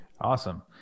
Awesome